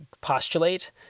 postulate